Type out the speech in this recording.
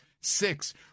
Six